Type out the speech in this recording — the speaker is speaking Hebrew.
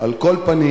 על כל פנים,